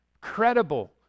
Credible